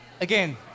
Again